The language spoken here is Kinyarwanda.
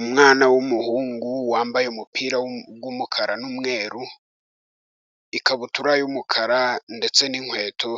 Umwana w’umuhungu wambaye umupira w’umukara n’umweru, ikabutura y’umukara ndetse n’inkweto.